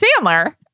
Sandler